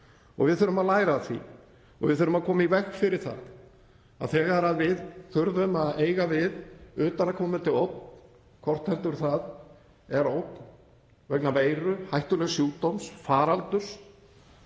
Við þurfum að læra af því og við þurfum að koma í veg fyrir það að þegar við þurfum að eiga við utanaðkomandi ógn, hvort heldur það er ógn vegna veiru, hættulegs sjúkdóms, faraldurs,